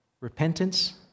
repentance